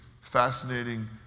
fascinating